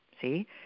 See